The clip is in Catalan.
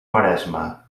maresma